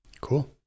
Cool